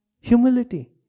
Humility